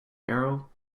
narrow